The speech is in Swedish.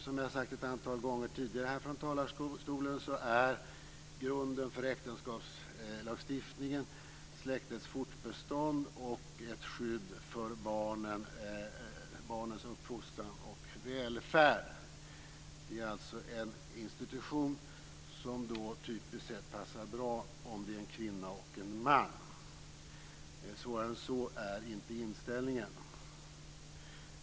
Som jag har sagt ett antal gånger tidigare här från talarstolen så är grunden för äktenskapslagstiftningen släktets fortbestånd och ett skydd för barnens uppfostran och välfärd. Det är alltså en institution som typiskt sätt passar bra om det är en kvinna och en man. Svårare än så är inte inställningen.